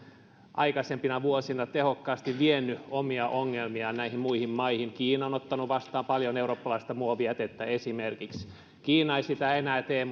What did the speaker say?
aikaisempina vuosina tehokkaasti vienyt omia ongelmiaan näihin muihin maihin kiina on esimerkiksi ottanut vastaan paljon eurooppalaista muovijätettä kiina ei sitä enää tee